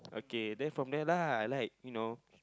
okay then from there lah I like you know